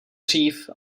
dřív